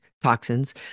toxins